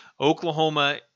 Oklahoma